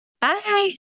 Bye